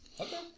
Okay